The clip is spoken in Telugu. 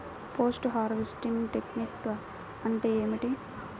పోస్ట్ హార్వెస్టింగ్ టెక్నిక్ అంటే ఏమిటీ?